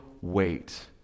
wait